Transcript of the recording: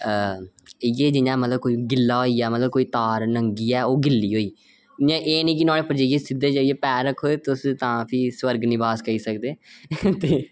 इयै मतलब कोई गिल्ला होइया कोई तार नंगी ऐ ओह् गिल्ली होई ते एह् निं ऐ कि नुहाड़े पर सिद्धे जाइयै पैर रक्खो तां प्ही तुस स्वर्ग निवास करी सकदे ते